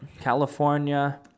California